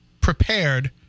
prepared